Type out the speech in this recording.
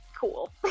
cool